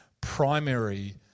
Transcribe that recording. primary